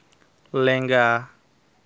ᱞᱮᱸᱜᱟ